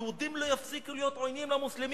היהודים לא יפסיקו להיות עוינים למוסלמים.